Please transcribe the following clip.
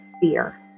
fear